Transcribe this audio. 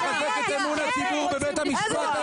היא תחזק את אמון הציבור בבית המשפט.